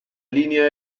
línea